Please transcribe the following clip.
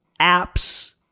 apps